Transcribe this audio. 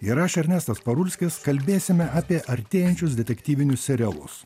ir aš ernestas parulskis kalbėsime apie artėjančius detektyvinius serialus